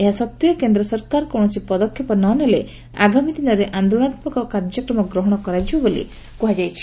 ଏହା ସତ୍ତେ କେନ୍ଦ ସରକାର କୌଣସି ପଦକ୍ଷେପ ନନେଲେ ଆଗାମୀ ଦିନରେ ଆନ୍ଦୋଳନାତ୍କକ କାର୍ଯ୍ୟକ୍ରମ ଗ୍ରହଶ କରାଯିବ ବୋଲି କୁହାଯାଇଛି